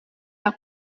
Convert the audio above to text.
leur